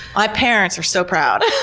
my parents are so proud.